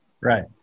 Right